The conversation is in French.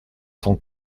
cent